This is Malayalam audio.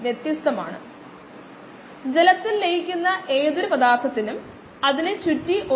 348 ഗുണിക്കണം 1 s പ്ലസ് 1